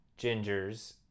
gingers